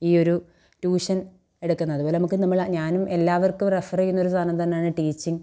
ഈ ഒരു ട്യൂഷൻ എടുക്കുന്നത് അതുപോലെ നമുക്ക് നമ്മളെ ഞാനും എല്ലാവർക്കും റെഫറ് ചെയ്യുന്നൊരു സാധനം തന്നെയാണ് ടീച്ചിങ്